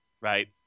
right